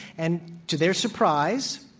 and to their surprise,